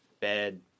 bed